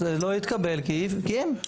זה לא התקבל כי אין.